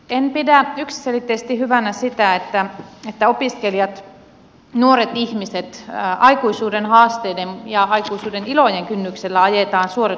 en pidä yksiselitteisesti hyvänä sitä että opiskelijat nuoret ihmiset aikuisuuden haasteiden ja aikuisuuden ilojen kynnyksellä ajetaan suoritusputkeen